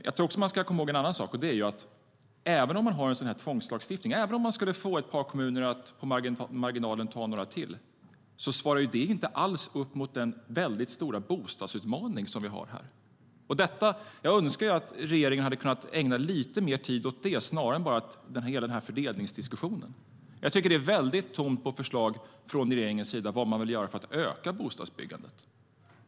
Jag tror också att man ska komma ihåg en annan sak, och det är att även om vi har en sådan här tvångslagstiftning och får ett par kommuner att på marginalen ta några till svarar det inte alls upp mot den stora bostadsutmaning som vi har här. Jag önskar att regeringen hade kunnat ägna lite mer tid åt det snarare än bara åt den här fördelningsdiskussionen. Jag tycker att det är tomt på förslag från regeringens sida om vad man vill göra för att öka bostadsbyggandet.